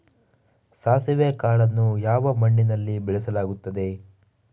ಸಾಸಿವೆ ಕಾಳನ್ನು ಯಾವ ಮಣ್ಣಿನಲ್ಲಿ ಬೆಳೆಸಲಾಗುತ್ತದೆ?